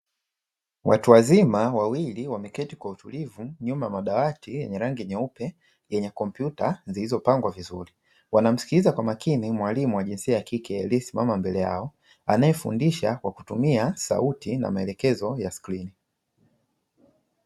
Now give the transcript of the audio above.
Watu wazima wawili wameketi kwa utulivu nyuma ya madawati yenye rangi nyeupe yenye kompyuta zilizopangwa vizuri. Wanamsikiliza kwa makini mwalimu wa jinsia ya kike aliyesimama mbele yao, anayefundisha kwa kutumia sauti na maelekezo ya skrini.